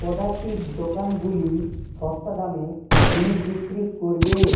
কদাচিৎ দোকানগুলি সস্তা দামে জিনিস বিক্রি করবে